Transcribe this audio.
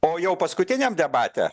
o jau paskutiniam debate